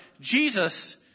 Jesus